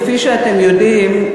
כפי שאתם יודעים,